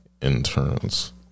interns